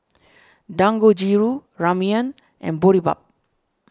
Dangojiru Ramyeon and Boribap